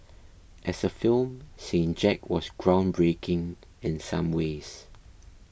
as a film Saint Jack was groundbreaking in some ways